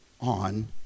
on